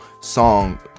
song